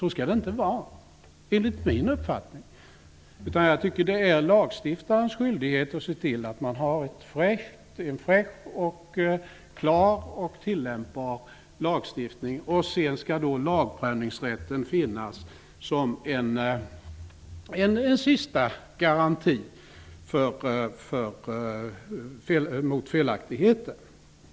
Så skall det enligt min uppfattning inte vara, utan det är lagstiftarens skyldighet att se till att man har en fräsch, klar och tillämpbar lagstiftning. Lagprövningsrätten skall finnas som en sista garanti mot felaktigheter.